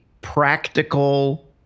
practical